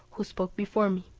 who spoke before me.